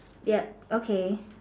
yup okay